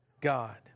God